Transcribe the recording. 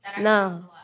No